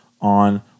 on